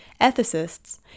ethicists